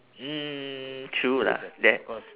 mm true lah that